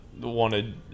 Wanted